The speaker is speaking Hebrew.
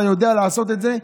אתה יודע לעשות את זה,